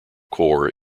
core